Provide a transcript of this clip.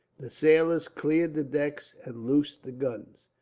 the sailors cleared the decks, and loosed the guns.